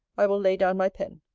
i will lay down my pen.